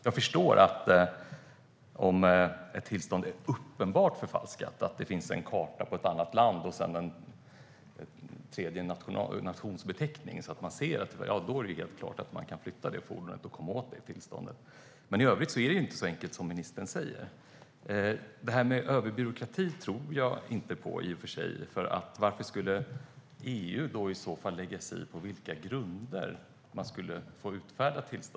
Om ett tillstånd är uppenbart förfalskat och man ser att det finns en karta över ett annat land och en tredje nationsbeteckning är det helt klart att man kan flytta fordonet och komma åt tillståndet. Men i övrigt är det inte så enkelt som ministern säger. Det här med överbyråkrati tror jag inte på, för varför skulle EU lägga sig i på vilka grunder tillstånd får utfärdas?